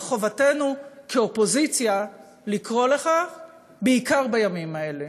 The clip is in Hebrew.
וחובתנו כאופוזיציה לקרוא לכך בעיקר בימים האלה.